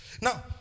Now